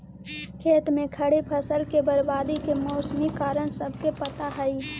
खेत में खड़ी फसल के बर्बादी के मौसमी कारण सबके पता हइ